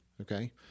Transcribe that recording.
Okay